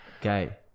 Gay